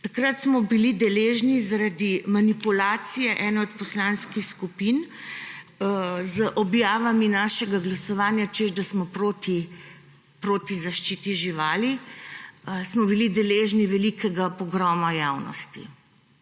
Takrat smo bili zaradi manipulacije ene od poslanskih skupin z objavami našega glasovanja, češ da smo proti zaščiti živali, deležni velikega pogroma javnosti.